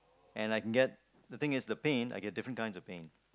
and I can get the thing is the pain I get different kinds of pain